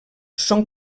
són